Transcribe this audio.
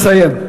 נא לסיים.